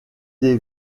les